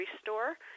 store